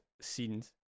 Scenes